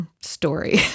story